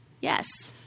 Yes